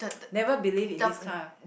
never be believe in this kind